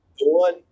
one